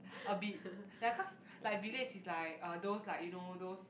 a bit ya cause like village is like uh those like you know those